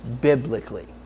biblically